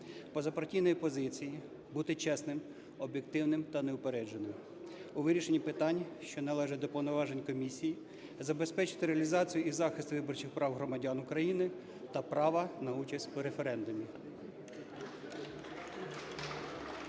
позапартійної позиції, бути чесним, об'єктивним та неупередженим у вирішенні питань, що належать до повноважень комісії, забезпечувати реалізацію і захист виборчих прав громадян України та права на участь у референдумі.